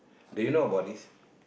do you know about this